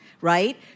right